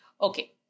Okay